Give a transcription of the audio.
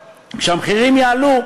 אם לא יהיה פה גז המחירים יעלו,